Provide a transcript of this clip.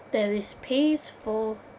there is space for